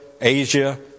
Asia